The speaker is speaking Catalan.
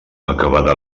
acabada